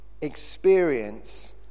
experience